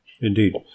Indeed